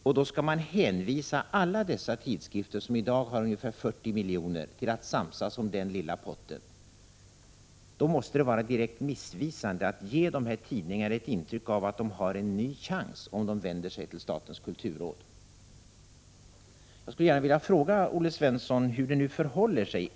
När man skall hänvisa alla dessa tidskrifter, som i dag har ungefär 40 miljoner, till att samsas om den lilla 7 potten, måste det vara direkt missvisande att ge dessa tidningar ett intryck av att de har en ny chans om de vänder sig till statens kulturråd. Jag skulle gärna vilja fråga Olle Svensson hur det förhåller sig.